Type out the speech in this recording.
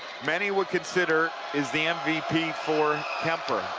many would consider is the mvp for kuemper.